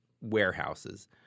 warehouses